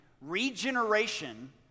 regeneration